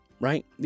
right